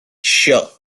sure